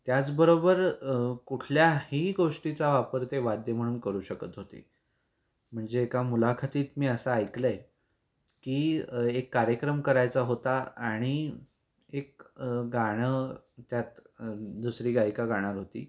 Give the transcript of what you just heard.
त्याचबरोबर कुठल्याही गोष्टीचा वापर ते वाद्य म्हणून करू शकत होते म्हणजे एका मुलाखतीत मी असं ऐकलं आहे की एक कार्यक्रम करायचा होता आणि एक गाणं त्यात दुसरी गायिका गाणार होती